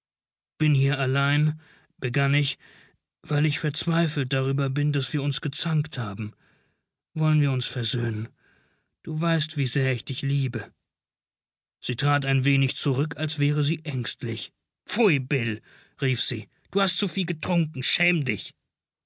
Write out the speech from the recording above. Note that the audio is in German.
bin hier allein begann ich weil ich verzweifelt darüber bin daß wir uns gezankt haben wollen wir uns versöhnen du weißt wie sehr ich dich liebe sie trat ein wenig zurück als wäre sie ängstlich pfui bill rief sie du hast zuviel getrunken schäm dich